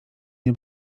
nie